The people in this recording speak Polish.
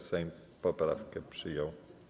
Sejm poprawkę przyjął.